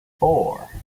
four